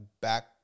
back